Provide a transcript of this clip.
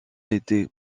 était